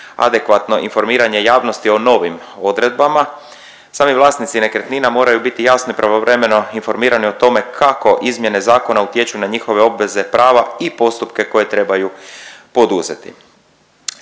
adekvatno informiranje javnosti o novim odredbama. Sami vlasnici nekretnina moraju biti jasno i pravovremeno informirani o tome kako izmjene zakona utječu na njihove obveze, prava i postupke koje trebaju poduzeti.